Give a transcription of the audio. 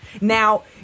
Now